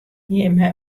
jimme